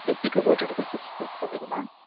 धुप्पीको बोटहरू कस्तो कस्तो छ तपाईँकोमा